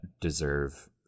deserve